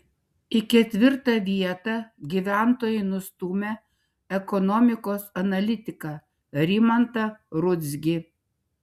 į ketvirtą vietą gyventojai nustūmė ekonomikos analitiką rimantą rudzkį